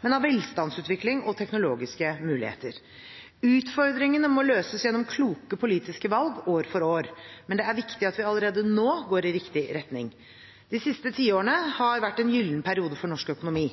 men av velstandsutviklingen og teknologiske muligheter. Utfordringene må løses gjennom kloke politiske valg år for år, men det er viktig at vi allerede nå går i riktig retning. De siste tiårene har vært en gyllen periode for norsk økonomi.